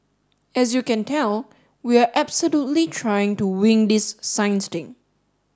as you can tell we are absolutely trying to wing this science thing